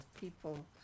people